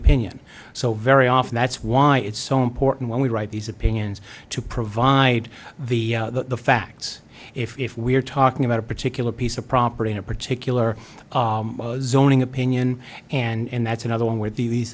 opinion so very often that's why it's so important when we write these opinions to provide the facts if we're talking about a particular piece of property in a particular zoning opinion and that's another one where these